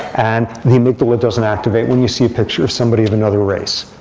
and the amygdala doesn't activate when you see a picture of somebody of another race.